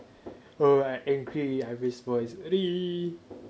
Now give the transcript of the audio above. ugh I angry I raise voice